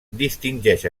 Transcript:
distingeix